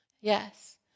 yes